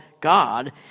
God